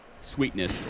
sweetness